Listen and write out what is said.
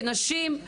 כנשים,